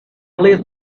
lit